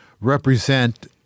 represent